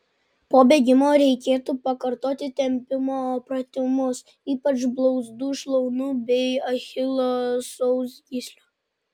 po bėgimo reikėtų pakartoti tempimo pratimus ypač blauzdų šlaunų bei achilo sausgyslių